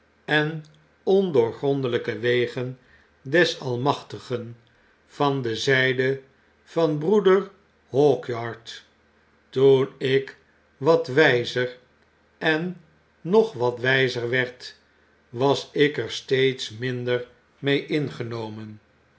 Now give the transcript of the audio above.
wegen des almachtigen van de zyde van broeder hawkyard toen ik wat wyzer en nog wat wijzer werd was ik er steeds minder mee ingenomen